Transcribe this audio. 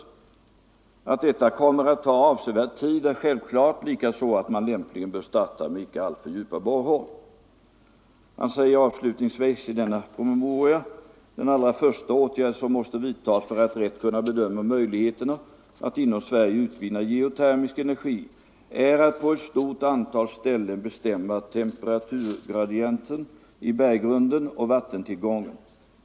Måndagen den Att detta kommer att taga avsevärd tid är självklart, likaså att man lämp 9 december 1974 ligen bör starta med icke alltför djupa borrhål.” Imad test Han säger också avslutningsvis i denna promemoria: Om användning av ”Den allra första åtgärd, som måste vidtagas för att rätt kunna bedöma = jordvärmen som möjligheterna att inom Sverige utvinna geotermisk energi är att på ett — energikälla stort antal ställen bestämma temperaturgradienten i berggrunden och vattentillgången.